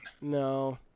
No